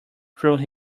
through